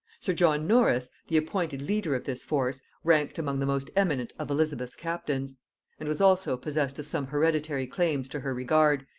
sir john norris, the appointed leader of this force, ranked among the most eminent of elizabeth's captains and was also possessed of some hereditary claims to her regard,